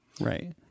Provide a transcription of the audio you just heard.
Right